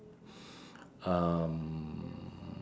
um